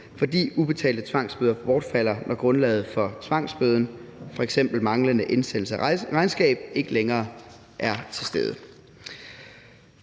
fordi ubetalte tvangsbøder bortfalder, når grundlaget for tvangsbøden, f.eks. manglende indsendelse af regnskab, ikke længere er til stede.